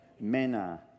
Mena